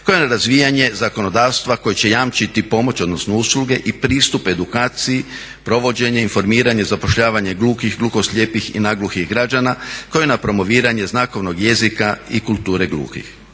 kojem je razvijanje zakonodavstva koje će jamčiti pomoć odnosno usluge i pristup edukaciji, provođenje, informiranje, zapošljavanje gluhih, gluhoslijepih i nagluhih građana koji na promoviranje znakovnog jezika i kulture gluhih.